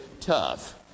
tough